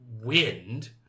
wind